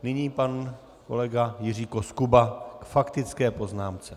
Nyní pan kolega Jiří Koskuba k faktické poznámce.